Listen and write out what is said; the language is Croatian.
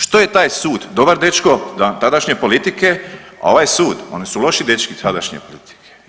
Što je taj sud, dobar dečko tadašnje politike, a ovaj sud, oni su loši dečki sadašnje politike.